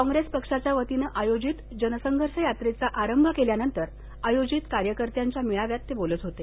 कॉप्रेस पक्षाच्यावतीनं आयोजित जनसंघर्ष यात्रेचा आरंभ केल्यानंतर आयोजित कार्यकर्त्यांच्या मेळाव्यात ते बोलत होते